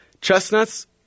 Chestnuts